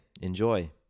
enjoy